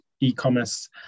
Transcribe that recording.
e-commerce